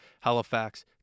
Halifax